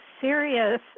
serious